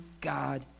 God